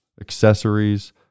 Accessories